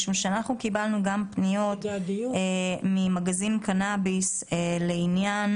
אנחנו קיבלנו פניות ממגזין קנאביס לעניין